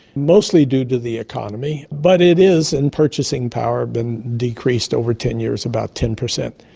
mostly due to the economy, but it is in purchasing power been decreased over ten years about ten percent.